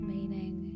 Meaning